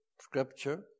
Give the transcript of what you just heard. scripture